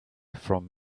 from